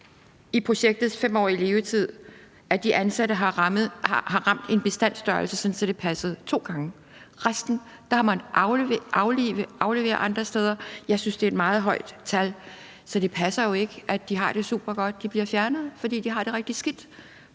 i projektets 5-årige levetid, at de ansatte har ramt en bestandstørrelse, så det passede – to gange. Resten af gangene har man aflivet eller afleveret dem andre steder. Jeg synes, det er et meget højt tal. Så det passer jo ikke, at de har det supergodt; de bliver fjernet, fordi de har det rigtig skidt